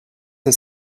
was